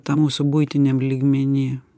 tam mūsų buitiniam lygmeny